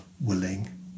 willing